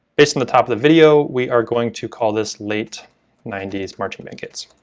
based on the top of the video we are going to call this, late ninety s marching band kids.